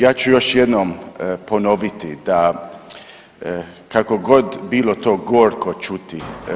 Ja ću još jednom ponoviti da kako god bilo to gorko čuti.